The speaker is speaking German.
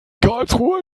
karlsruhe